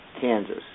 Kansas